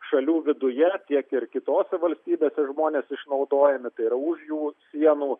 šalių viduje tiek ir kitose valstybėse žmonės išnaudojami tai yra už jų sienų